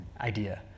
idea